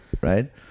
right